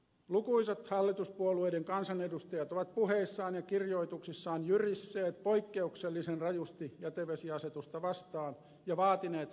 lukuisat hallituspuolueiden kansanedustajat ovat puheissaan ja kirjoituksissaan jyrisseet poikkeuksellisen rajusti jätevesiasetusta vastaan ja vaatineet sen kumoamista